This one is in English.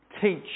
teach